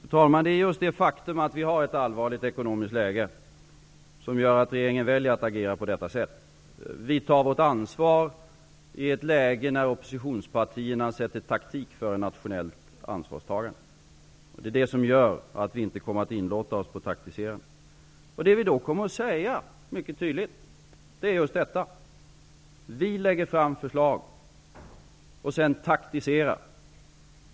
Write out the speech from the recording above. Fru talman! Det är just det faktum att vi har ett allvarligt ekonomiskt läge som gör att regeringen väljer att agera på detta sätt. Vi tar vårt ansvar i ett läge när oppositionspartierna sätter taktik före nationellt ansvarstagande. Det är därför som vi inte kommer att inlåta oss på något taktiserande. Vi lägger fram förslag. Sedan taktiserar man.